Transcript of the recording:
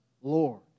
Lord